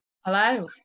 Hello